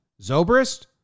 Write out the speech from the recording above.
Zobrist